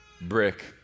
brick